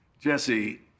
Jesse